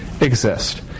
exist